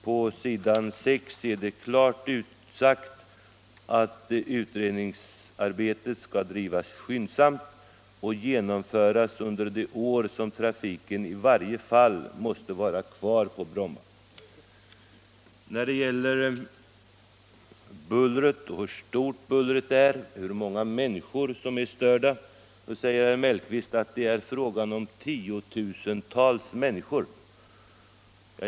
På s. 6 i betänkandet har det klart utsagts att utredningsarbetet skall bedrivas skyndsamt och genomföras under det år som trafiken i varje fall måste vara kvar på Bromma. När det gäller frågan hur många människor som blir störda av bullret säger herr Mellqvist att det är fråga om 10 000-tals människor.